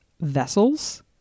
vessels